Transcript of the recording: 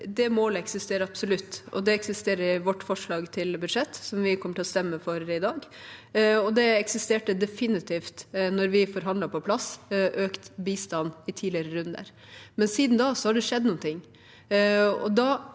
det målet absolutt eksisterer. Det eksisterer i vårt forslag til budsjett, som vi kommer til å stemme for i dag, og det eksisterte definitivt da vi forhandlet på plass økt bistand i tidligere runder. Siden da har det skjedd noe,